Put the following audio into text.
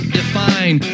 define